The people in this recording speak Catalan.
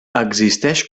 existeix